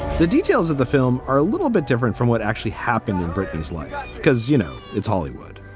the details of the film are a little bit different from what actually happened in britney's life because, you know, it's hollywood,